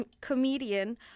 comedian